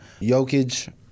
Jokic